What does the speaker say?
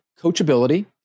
coachability